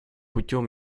путем